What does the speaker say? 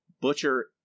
Butcher